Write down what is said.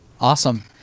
Awesome